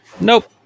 Nope